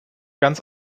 ganz